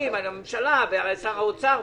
תומר, אתה משיג את שלך וזה נכון מה שאופיר אמר.